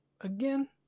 again